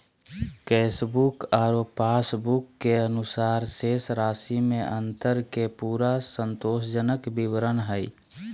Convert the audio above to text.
cashbook आरो passbook के अनुसार शेष राशि में अंतर के पूरा संतोषजनक विवरण हइ